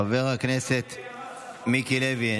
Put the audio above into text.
חבר הכנסת מיקי לוי,